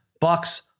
Bucks